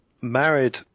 married